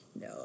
No